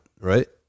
right